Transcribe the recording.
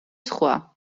სხვა